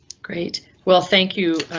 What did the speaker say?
great well thank you.